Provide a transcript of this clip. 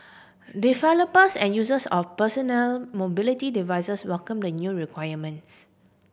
developers and users of personal mobility devices welcome the new requirement